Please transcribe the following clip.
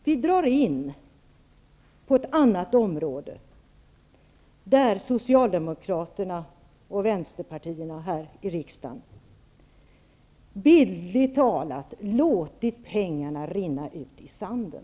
Vi drar in på ett annat område, där Socialdemokraterna och vänsterpartierna här i riksdagen bildligt talat låtit pengarna rinna ut i sanden.